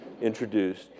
introduced